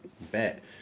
bet